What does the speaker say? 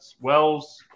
Wells